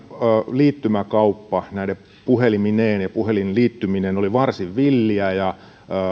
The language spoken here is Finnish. liittymäkauppa näine puhelimineen ja puhelinliittymineen oli varsin villiä ja